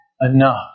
enough